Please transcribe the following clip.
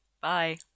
bye